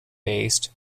based